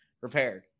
repaired